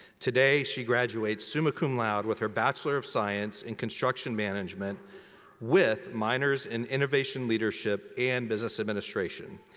today she graduates summa cum laude with her bachelor of science in construction management with minors in innovation leadership and business administration.